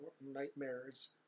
nightmares